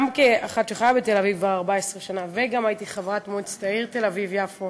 גם כאחת שחיה בתל-אביב כבר 14 שנה וגם כחברת מועצת העיר תל-אביב יפו